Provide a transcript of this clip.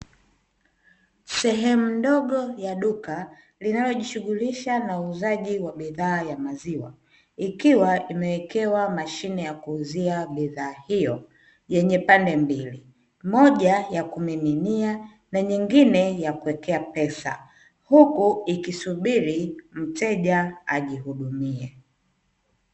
Sehemu ndogo ya duka linalojishughulisha na uuzaji wa bidhaa ya maziwa ikiwa imeekewa mashine ya kuuzia bidhaa hiyo yenye pande mbili. moja ya kumiminia na nyingine ya kuekea pesa huku ikisubiri mteja ajihudumie.